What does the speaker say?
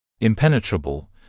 Impenetrable